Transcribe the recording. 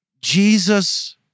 Jesus